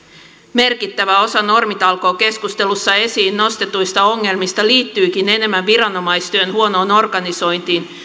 merkittävä osa normitalkookeskustelussa esiin nostetuista ongelmista liittyykin enemmän viranomaistyön huonoon organisointiin